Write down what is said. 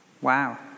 Wow